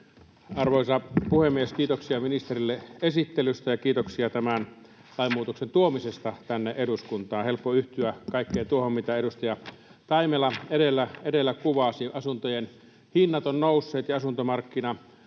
Arvoisa puhemies! Kiitoksia ministerille esittelystä ja kiitoksia tämän lainmuutoksen tuomisesta tänne eduskuntaan. Helppo yhtyä kaikkeen tuohon, mitä edustaja Taimela edellä kuvasi. Asuntojen hinnat ovat nousseet ja asuntomarkkina